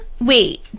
Wait